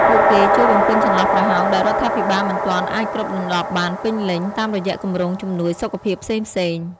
ពួកគេជួយបំពេញចន្លោះប្រហោងដែលរដ្ឋាភិបាលមិនទាន់អាចគ្របដណ្តប់បានពេញលេញ តាមរយៈគម្រោងជំនួយសុខភាពផ្សេងៗ។